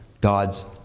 God's